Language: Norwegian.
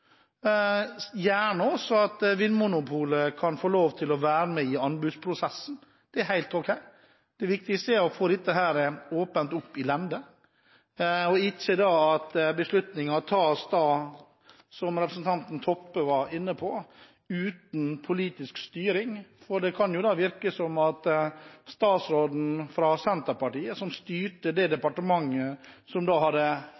få lov til å være med i anbudsprosessen. Det er helt ok. Det viktigste er å få dette her opp i åpent lende, og at ikke beslutninger tas – som representanten Toppe var inne på – uten politisk styring. Det kan virke som at statsråden fra Senterpartiet som styrte det